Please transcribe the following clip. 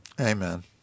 Amen